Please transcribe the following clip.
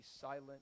silent